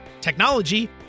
technology